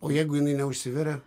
o jeigu jinai neužsiveria